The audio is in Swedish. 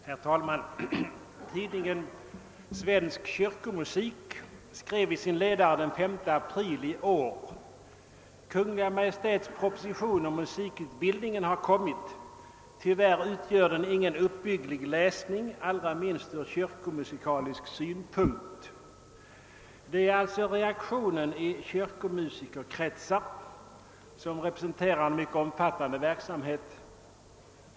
Herr talman! Tidningen Svensk Kyrkomusik skrev i sin ledare den 5 april i år: Kungl. Maj:ts proposition om musikutbildningen har kommit. Tyvärr utgör den ingen uppbygglig läs ning, allra minst ur kyrkomusikalisk synpunkt. Det är alltså reaktionen bland kyrkomusikerna, som representerar en mycket omfattande verksamhet.